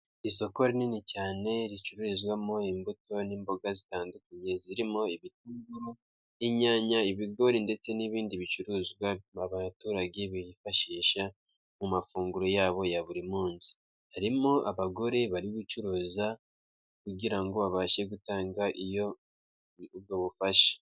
Isoko rinini cyane ricururizwamo imbuto n'imboga zitandukanye, zirimo ibitunguru, inyanya, ibigori ndetse n'ibindi bicuruzwa abaturage bifashisha mu mafunguro yabo ya buri munsi, harimo abagore bari gucuruza kugira ngo babashe gutanga iyo ubwo bufasha.